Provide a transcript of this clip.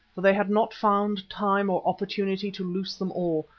for they had not found time or opportunity to loose them all,